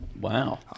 Wow